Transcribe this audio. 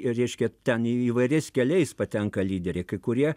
ir reiškia ten įvairiais keliais patenka lyderiai kai kurie